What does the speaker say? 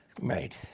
right